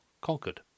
conquered